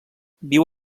viu